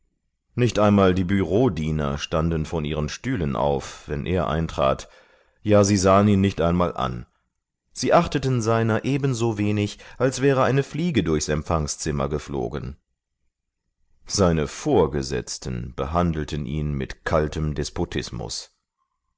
nicht einmal die bürodiener standen von ihren stühlen auf wenn er eintrat ja sie sahen ihn nicht einmal an sie achteten seiner ebensowenig als wäre eine fliege durchs empfangszimmer geflogen seine vorgesetzten behandelten ihn mit kaltem despotismus